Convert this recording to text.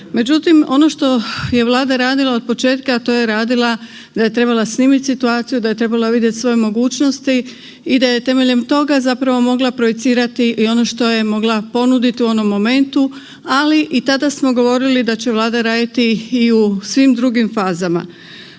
Međutim, ono što je Vlada radila od početka, a to je radila da je trebala snimit situaciju, da je trebala vidjet svoje mogućnosti i da je temeljem toga zapravo mogla projicirati i ono što je mogla ponuditi u onom momentu, ali i tada smo govorili da će Vlada raditi i u svim drugim fazama.